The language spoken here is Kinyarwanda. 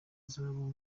zahabu